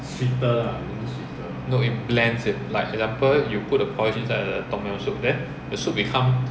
no it blands it for example you put the porridge inside the tom yum soup then the soup become